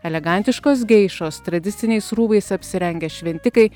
elegantiškos geišos tradiciniais rūbais apsirengę šventikai